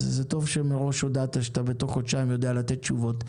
טוב שמראש הודעת שבתוך חודשיים אתה יודע לתת תשובות.